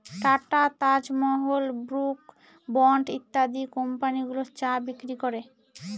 tata, Taj Mahal, Brooke Bond ইত্যাদি company গুলো চা বিক্রি করে